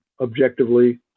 objectively